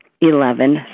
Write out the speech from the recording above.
Eleven